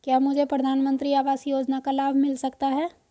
क्या मुझे प्रधानमंत्री आवास योजना का लाभ मिल सकता है?